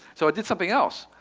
so i did something else.